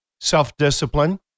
Self-discipline